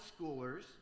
schoolers